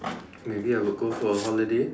maybe I would go for a holiday